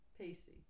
Pasty